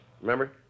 Remember